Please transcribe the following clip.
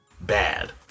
bad